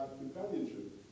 companionship